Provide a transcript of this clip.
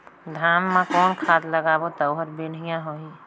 धान मा कौन खाद लगाबो ता ओहार बेडिया बाणही?